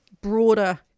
broader